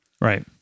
Right